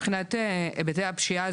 מבחינת היבטי הפשיעה,